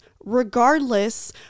regardless